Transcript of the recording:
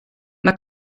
mae